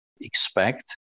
expect